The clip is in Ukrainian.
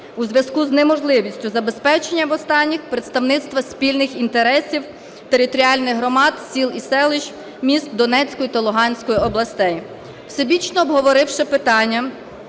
у зв'язку з неможливістю забезпечення останніх представництво спільних інтересів територіальних громад, сіл і селищ, міст Донецької та Луганської областей. Всебічно обговоривши питання,